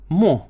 mo